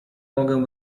mogę